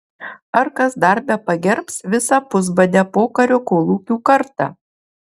ar kas dar bepagerbs visą pusbadę pokario kolūkių kartą